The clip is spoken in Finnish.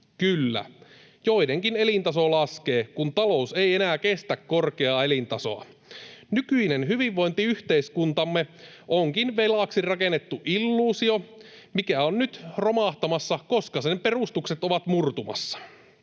Kyllä, joidenkin elintaso laskee, kun talous ei enää kestä korkeaa elintasoa. Nykyinen hyvinvointiyhteiskuntamme onkin velaksi rakennettu illuusio, mikä on nyt romahtamassa, koska sen perustukset ovat murtumassa.